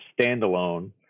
standalone